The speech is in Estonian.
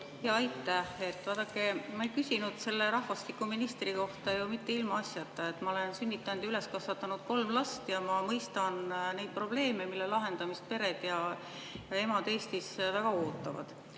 Aitäh! Vaadake, ma ei küsinud rahvastikuministri kohta ju mitte ilmaasjata. Ma olen sünnitanud ja üles kasvatanud kolm last ja ma mõistan neid probleeme, mille lahendamist pered ja emad Eestis väga ootavad.